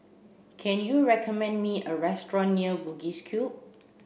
can you recommend me a restaurant near Bugis Cube